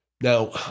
Now